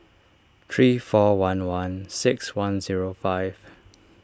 three four one one six one zero five